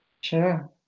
Sure